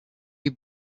you